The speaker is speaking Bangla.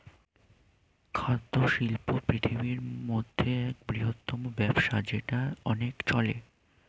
খাদ্য শিল্প পৃথিবীর মধ্যে এক বৃহত্তম ব্যবসা যেটা অনেক চলে